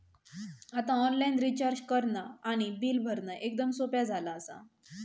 आता online recharge करणा आणि बिल भरणा एकदम सोप्या झाला आसा